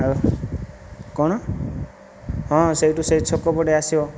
ଆଉ କ'ଣ ହଁ ସେଠୁ ସେହି ଛକ ପଟେ ଆସିବ